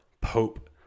Pope